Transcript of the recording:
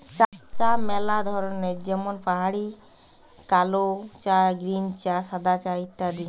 চা ম্যালা ধরনের যেমন পাহাড়ি কালো চা, গ্রীন চা, সাদা চা ইত্যাদি